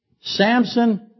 Samson